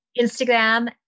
Instagram